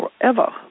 forever